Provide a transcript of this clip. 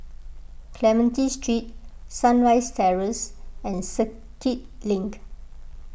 Clementi Street Sunrise Terrace and Circuit Link